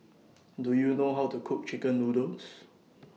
Do YOU know How to Cook Chicken Noodles